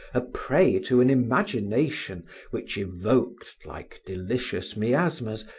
a prey to an imagination which evoked, like delicious miasmas,